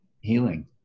healing